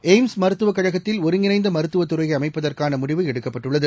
AIIMS மருத்துவக் கழகத்தில் ஒருங்கிணைந்த மருத்துவத் துறையை அமைப்பதற்கான முடிவு எடுக்கப்பட்டுள்ளது